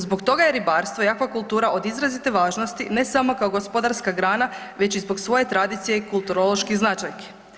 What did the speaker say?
Zbog toga je ribarstvo i aquakultura od izrazite važnosti ne samo kao gospodarska grana već i zbog svoje tradicije i kulturoloških značajki.